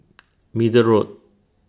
Middle Road